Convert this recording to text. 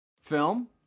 Film